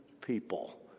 people